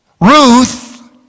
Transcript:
Ruth